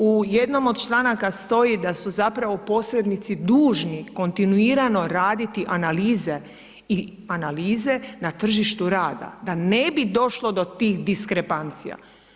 U jednom od članaka stoji da su zapravo posrednici dužni kontinuirano raditi analize na tržištu rada, da ne bi došlo do tih diskrepancija.